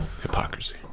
Hypocrisy